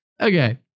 Okay